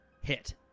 Hit